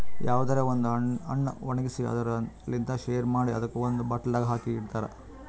ಯಾವುದರೆ ಒಂದ್ ಹಣ್ಣ ಒಣ್ಗಿಸಿ ಅದುರ್ ಲಿಂತ್ ಶೆರಿ ಮಾಡಿ ಅದುಕ್ ಒಂದ್ ಬಾಟಲ್ದಾಗ್ ಹಾಕಿ ಇಡ್ತಾರ್